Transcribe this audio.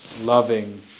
loving